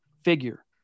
figure